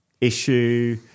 issue